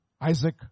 Isaac